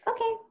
Okay